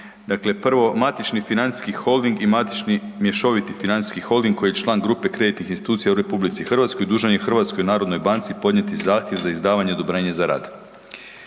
Dakle, prvo matični financijski holding i matični mješoviti financijski holding koji je član grupe kreditnih institucija u RH dužan je HNB-u podnijeti zahtjev za izdavanje odobrenja za rad.